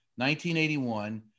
1981